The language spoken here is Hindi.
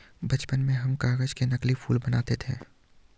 बचपन में हम कागज से नकली फूल बनाते थे